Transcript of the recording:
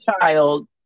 child